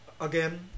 again